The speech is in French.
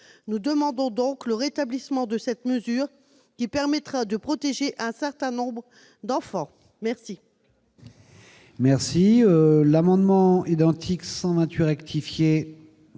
Nous demandons donc le rétablissement de cette mesure qui permettra de protéger un certain nombre d'enfants. Très